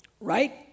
Right